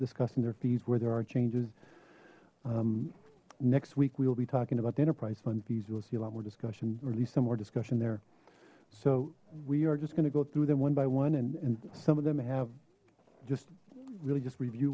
discussing their fees where there are changes next week we will be talking about the enterprise fund fees you'll see a lot more discussion or at least some more discussion there so we are just going to go through them one by one and and some of them have just really just review